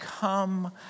come